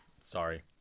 Sorry